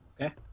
Okay